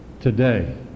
today